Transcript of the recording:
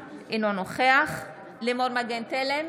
אינה נוכחת יאיר לפיד, אינו נוכח לימור מגן תלם,